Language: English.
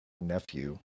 nephew